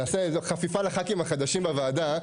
נעשה חפיפה לח"כים החדשים בוועדה